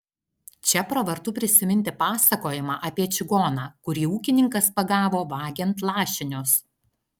čia pravartu prisiminti pasakojimą apie čigoną kurį ūkininkas pagavo vagiant lašinius